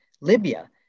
Libya